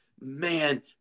man